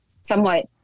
somewhat